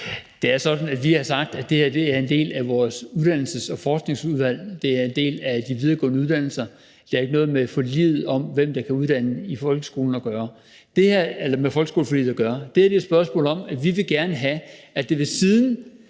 Det er sådan, at vi har sagt, at det her er en del af vores uddannelse- og forskningsudvalg, det er en del af de videregående uddannelser. Det har ikke noget at gøre med forliget om, hvem der kan undervise i folkeskolen, altså folkeskoleforliget. Det her er et spørgsmål om, at vi gerne vil have, at der ved siden